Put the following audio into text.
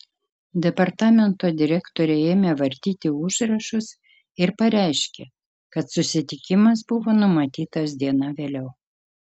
departamento direktorė ėmė vartyti užrašus ir pareiškė kad susitikimas buvo numatytas diena vėliau